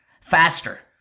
Faster